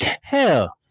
Hell